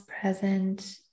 present